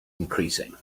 increasing